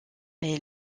est